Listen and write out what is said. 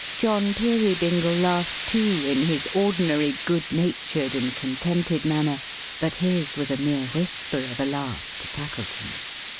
john peerybingle laughed too, in his ordinary good-natured and contented manner but his was a mere whisper of a laugh, to tackleton's.